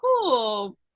cool